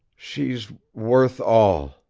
she's worth all.